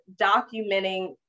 documenting